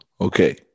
Okay